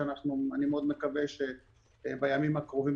שאני מאוד מקווה שבימים הקרובים,